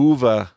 Uva